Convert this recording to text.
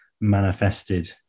manifested